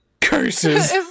curses